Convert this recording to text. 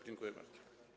Dziękuję bardzo.